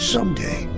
Someday